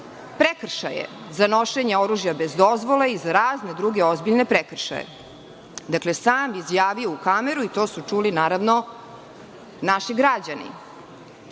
prekršaje za nošenje oružja bez dozvole i za razne druge ozbiljne prekršaje. Dakle, sam je izjavio u kameru i to su čuli naravno naši građani. Ono